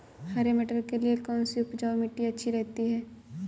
हरे मटर के लिए कौन सी उपजाऊ मिट्टी अच्छी रहती है?